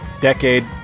decade